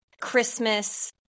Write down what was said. Christmas